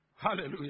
Hallelujah